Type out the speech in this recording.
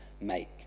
make